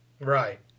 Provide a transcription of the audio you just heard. Right